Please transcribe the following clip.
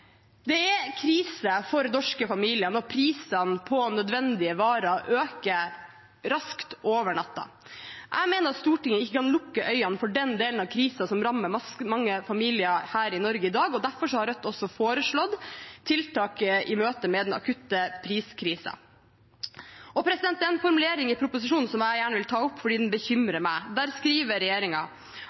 Det er krise for norske familier når prisene på nødvendige varer øker raskt over natten. Jeg mener at Stortinget ikke kan lukke øynene for den delen av krisen som rammer mange familier her i Norge i dag, og derfor har Rødt også foreslått tiltak i møte med den akutte priskrisen. Det er en formulering i proposisjonen som jeg gjerne vil ta opp, fordi den bekymrer meg. Der skriver